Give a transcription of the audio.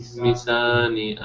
misani